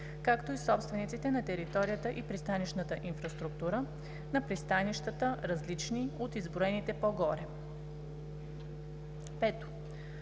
както и собствениците на територията и пристанищната инфраструктура на пристанищата, различни от изброените по-горе;